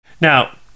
Now